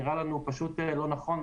נראה לנו לא נכון,